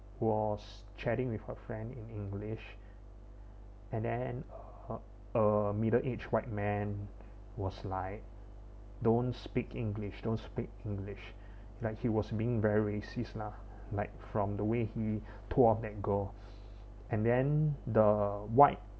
was chatting with her friend in english and then uh a middle aged white man was like don't speak english don't speak english like he was being very racist lah like from the way he talk that girl and then the white